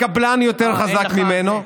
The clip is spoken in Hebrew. הקבלן יותר חזק ממנו,